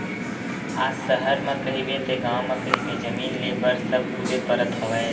आज सहर म कहिबे ते गाँव म कहिबे जमीन लेय बर सब कुदे परत हवय